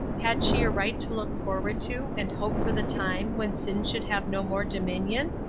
had she a right to look forward to and hope for the time when sin should have no more dominion?